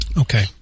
okay